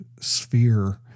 sphere